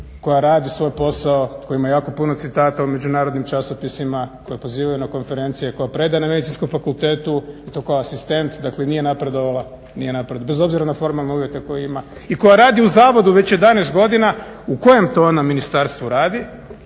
koja radi svoj posao, koja ima jako puno citata u međunarodnim časopisima koji pozivaju na konferencije, koja predaje na Medicinskom fakultetu i to kao asistent. Dakle nije napredovala, bez obzira na formalne uvjete koje ima i koja radi u Zavodu već 11 godina. U kojem to ona ministarstvu radi?